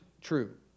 true